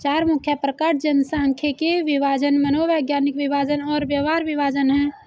चार मुख्य प्रकार जनसांख्यिकीय विभाजन, मनोवैज्ञानिक विभाजन और व्यवहार विभाजन हैं